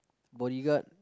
bodyguard